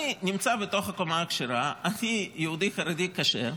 אני נמצא בתוך הקומה הכשרה, אני יהודי חרדי כשר,